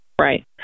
Right